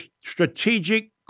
strategic